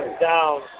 down